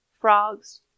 frogs